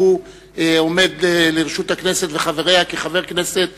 עומד לרשות הכנסת וחבריה כחבר כנסת,